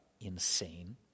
insane